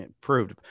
proved